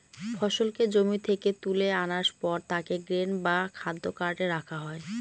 ফসলকে জমি থেকে তুলে আনার পর তাকে গ্রেন বা খাদ্য কার্টে রাখা হয়